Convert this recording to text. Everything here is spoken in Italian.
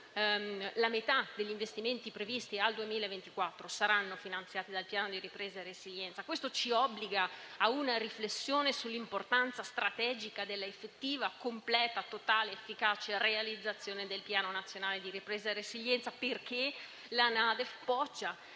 La metà degli investimenti previsti al 2024 sarà finanziata dal Piano di ripresa e resilienza. Questo ci obbliga a una riflessione sull'importanza strategica dell'effettiva, completa, totale ed efficace realizzazione del Piano nazionale di ripresa e resilienza perché la NADEF poggia